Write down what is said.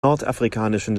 nordafrikanischen